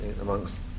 amongst